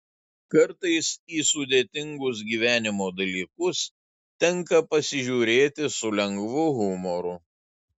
kartais į sudėtingus gyvenimo dalykus tenka pasižiūrėti su lengvu humoru